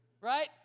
right